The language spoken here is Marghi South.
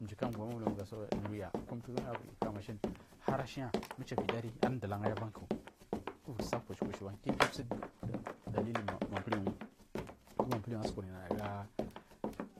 Mjiku argwama mulmu suluya kumtu duya ivir yu kaka mashin hari ashina michividi ar dulagayu ivir sa a kushu kushu kinkir dalili mafubwu gu du manpihiu asukunada